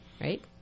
right